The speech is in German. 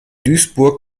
duisburg